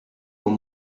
con